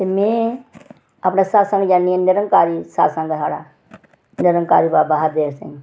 ते में अपने सत्संग जन्नी आं निरंकारी सत्संग ऐ साढ़ा निरंकारी बाबा हरदेव सिंह